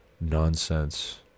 nonsense